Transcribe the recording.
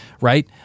Right